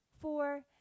four